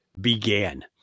began